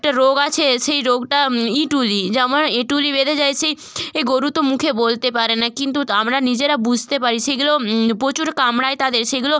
একটা রোগ আছে সেই রোগটা এঁটুলি যেমন এঁটুলি বেঁধে যায় সেই এই গরু তো মুখে বলতে পারে না কিন্তু আমরা নিজেরা বুঝতে পারি সেগুলোও প্রচুর কামড়ায় তাদের সেগুলো